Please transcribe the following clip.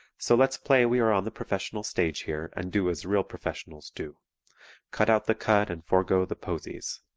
so let's play we are on the professional stage here and do as real professionals do cut out the cud and forego the posies.